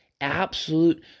absolute